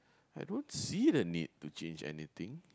I don't see the need to change anything